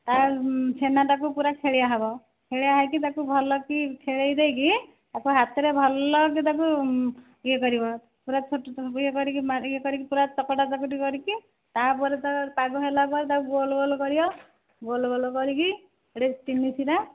ତା ଛେନାଟାକୁ ପୁରା ଖେଳିଆ ହେବ ଖେଳିଆ ହୋଇକି ତାକୁ ଭଲକି ଖେଳେଇ ଦେଇକି ତାକୁ ହାତରେ ଭଲକି ତାକୁ ୟେ କରିବ ପୁରା ଛୋଟ ଛୋଟ ୟେ କରିକି ୟେ କରିକି ପୁରା ଚକଟା ଚକଟି କରିକି ତା'ପରେ ତା ପାଗ ହେଲା ପରେ ତାକୁ ଗୋଲ ଗୋଲ କରିବ ଗୋଲ ଗୋଲ କରିକି ସେଥିରେ ଚିନି ସିରା